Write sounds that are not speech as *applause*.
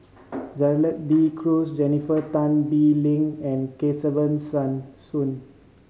Gerald De Cruz Jennifer Tan Bee Leng and Kesavan *unintelligible* Soon